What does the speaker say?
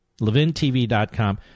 LevinTV.com